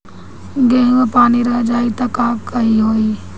गेंहू मे पानी रह जाई त का होई?